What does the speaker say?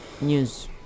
news